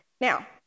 Now